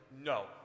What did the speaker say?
No